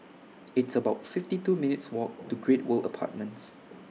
It's about fifty two minutes' Walk to Great World Apartments